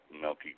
milky